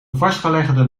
vastgelegde